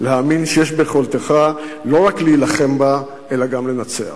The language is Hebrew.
להאמין שיש ביכולתך לא רק להילחם בה, אלא גם לנצח,